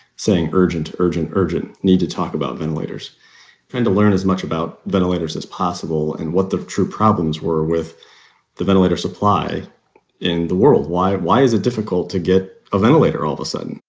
saying urgent, urgent, urgent, need to talk about ventilators trying to learn as much about ventilators as possible and what the true problems were with the ventilator supply in the world. why why is it difficult to get a ventilator all of a sudden?